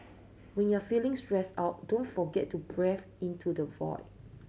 when you are feeling stressed out don't forget to breathe into the void